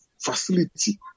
facility